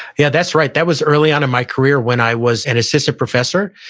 yeah, that's right. that was early on in my career when i was an assistant professor.